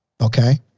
okay